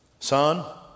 Son